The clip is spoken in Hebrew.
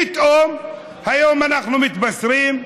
פתאום היום אנחנו מתבשרים: